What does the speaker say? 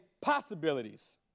possibilities